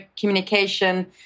communication